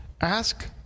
ask